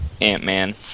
Ant-Man